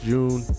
June